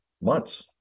months